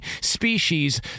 species